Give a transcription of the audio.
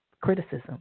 criticism